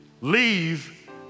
leave